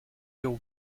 your